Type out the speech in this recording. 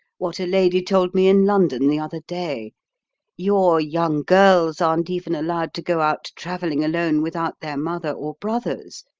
what a lady told me in london the other day your young girls aren't even allowed to go out travelling alone without their mother or brothers,